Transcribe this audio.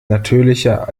natürlicher